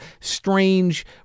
strange